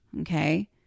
Okay